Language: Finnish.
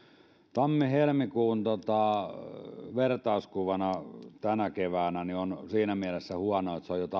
tammi helmikuu vertauskohtana tälle keväälle on siinä mielessä huono että se on